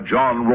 John